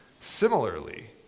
Similarly